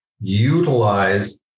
utilize